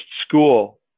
school